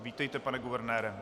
Vítejte, pane guvernére.